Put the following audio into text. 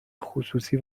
خصوصی